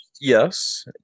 Yes